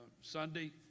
Sunday